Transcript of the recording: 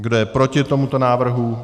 Kdo je proti tomuto návrhu?